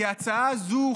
כי ההצעה הזו,